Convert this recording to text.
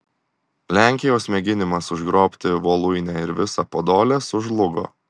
lenkijos mėginimas užgrobti voluinę ir visą podolę sužlugo